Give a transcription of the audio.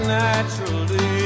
naturally